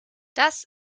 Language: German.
das